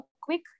quick